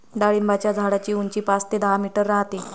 डाळिंबाच्या झाडाची उंची पाच ते दहा मीटर राहते